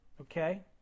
Okay